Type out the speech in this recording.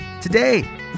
Today